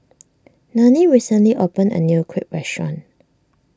Nanie recently opened a new Crepe restaurant